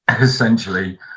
essentially